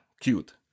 cute